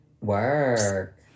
Work